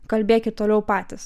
kalbėkit toliau patys